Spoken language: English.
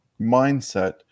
mindset